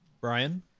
Brian